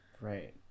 right